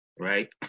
Right